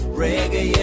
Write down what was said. reggae